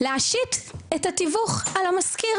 להשיט את התיווך על המשכיר.